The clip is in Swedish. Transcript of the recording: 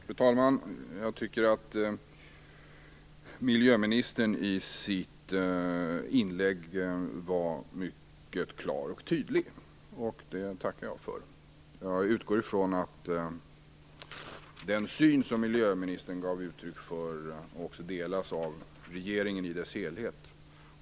Fru talman! Jag tycker att miljöministern i sitt inlägg var mycket klar och tydlig. Det tackar jag för. Jag utgår från att den syn som miljöministern gav uttryck för också delas av regeringen i dess helhet.